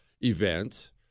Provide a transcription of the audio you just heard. event